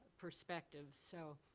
perspective, so.